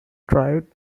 thrived